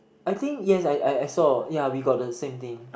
I think yes I I I saw yeah we got the same thing